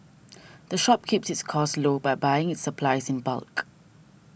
the shop keeps its costs low by buying its supplies in bulk